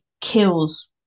kills